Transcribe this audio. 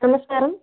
నమస్కారం